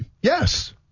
Yes